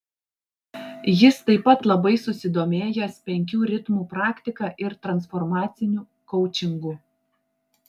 jis taip pat labai susidomėjęs penkių ritmų praktika ir transformaciniu koučingu